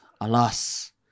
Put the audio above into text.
Alas